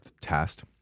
test